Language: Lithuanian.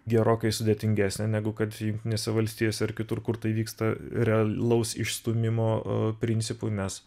gerokai sudėtingesnė negu kad jungtinėse valstijose ar kitur kur tai vyksta realaus išstūmimo principu nes